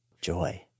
joy